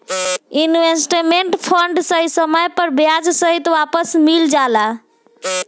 investment fund सही समय पर ब्याज सहित वापस मिल जाला